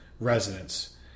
residents